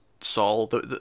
Saul